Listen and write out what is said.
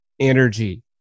energy